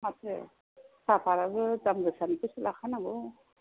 माथो साहपातआबो दाम गोसानिखौसो लाखा नांगौ